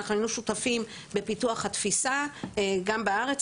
אנחנו היינו שותפים בפיתוח התפיסה, גם בארץ.